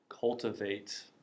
cultivate